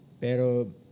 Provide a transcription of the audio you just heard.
Pero